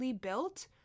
built